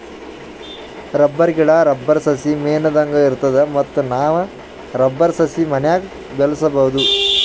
rubber ಗಿಡಾ, rubber ಸಸಿ ಮೇಣದಂಗ್ ಇರ್ತದ ಮತ್ತ್ ನಾವ್ ರಬ್ಬರ್ ಸಸಿ ಮನ್ಯಾಗ್ ಬೆಳ್ಸಬಹುದ್